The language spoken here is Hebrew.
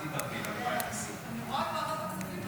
אבל גם בשיחות שהיו לי בעניין הזה,